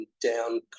down